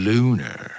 Lunar